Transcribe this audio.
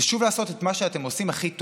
זה שוב לעשות את מה שאתם עושים הכי טוב,